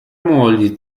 mogli